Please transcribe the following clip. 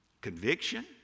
Conviction